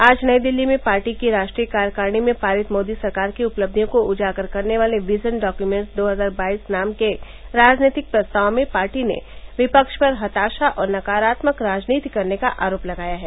आज नई दिल्ली में पार्टी की राष्ट्रीय कार्यकारिणी में पारित मोदी सरकार की उपलब्धियों को उजागर करने वाले विजन डॉक्यूमेंट्स दो हजार बाईस नाम के राजनीतिक प्रस्ताव में पार्टी ने विपक्ष पर हताशा और नकारात्मक राजनीति करने का आरोप लगाया है